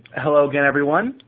hello again, everyone.